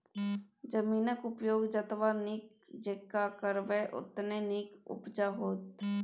जमीनक उपयोग जतबा नीक जेंका करबै ओतने नीक उपजा होएत